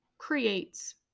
creates